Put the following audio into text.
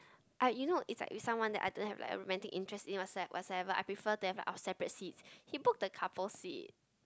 ah you know it's like with someone that I don't have like a romantic interest in whats~ whatsoever but I prefer that I have separate seat he book the couple seat